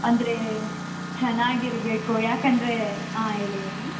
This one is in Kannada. ಅಂದರೆ ಚೆನ್ನಾಗಿರ್ಬೇಕು ಯಾಕಂದರೆ ಹಾಂ ಹೇಳಿ ಹೇಳಿ